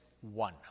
one